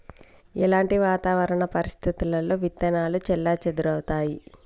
ఎలాంటి వాతావరణ పరిస్థితుల్లో విత్తనాలు చెల్లాచెదరవుతయీ?